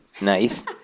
Nice